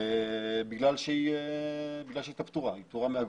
בגלל שהיא הייתה פטורה, פטורה מאגרות.